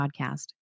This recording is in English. podcast